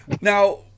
Now